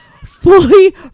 Fully